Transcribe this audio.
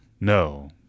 No